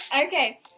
Okay